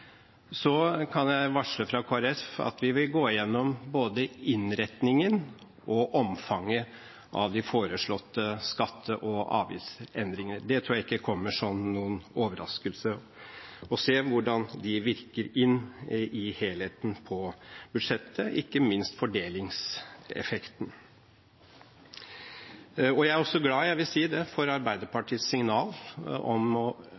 kan jeg fra Kristelig Folkepartis side varsle at vi vil gå igjennom både innretningen og omfanget av de foreslåtte skatte- og avgiftsendringer – det tror jeg ikke kommer som noen overraskelse – og se på hvordan de virker inn på helheten i budsjettet, ikke minst fordelingseffekten. Jeg er også glad for – jeg vil si det – Arbeiderpartiets signal om å